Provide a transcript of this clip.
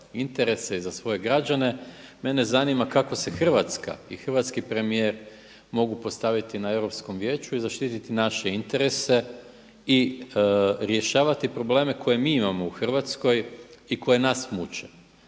interese i za svoje građane, mene zanima kako se Hrvatska i hrvatski premijer mogu postaviti na Europskom vijeću i zaštititi naše interese i rješavati probleme koje mi imamo u Hrvatskoj i koji nas muče,